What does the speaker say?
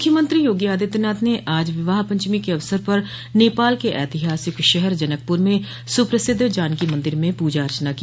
मुख्यमंत्री योगी आदित्यनाथ ने आज विवाह पंचमी के अवसर पर नेपाल के ऐतिहासिक शहर जनकपुर में सुप्रसिद्ध जानकी मंदिर में पूजा अर्चना की